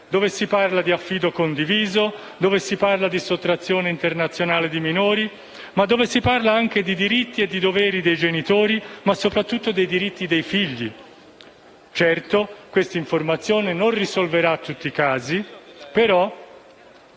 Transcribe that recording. dove si parli di affido condiviso, di sottrazione internazionale di minori, ma dove si parli anche di diritti e doveri dei genitori e soprattutto dei diritti dei figli. Certo, questa informazione non risolverà tutti i casi ma